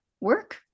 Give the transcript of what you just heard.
work